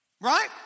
Right